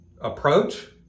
approach